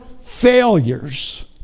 failures